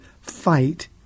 fight